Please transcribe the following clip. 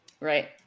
right